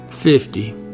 Fifty